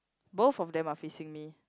both of them are facing me